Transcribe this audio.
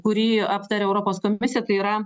kurį aptarė europos komisija tai yra